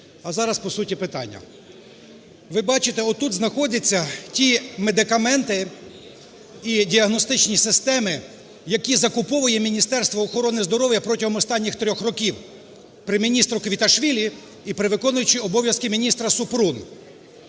А зараз по суті питання. Ви бачите, тут знаходяться ті медикаменти і діагностичні системи, які закуповує Міністерство охорони здоров'я протягом останніх 3 років при міністрі Квіташвілі і при виконуючій обов'язки міністра Супрун.